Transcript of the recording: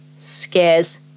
Scares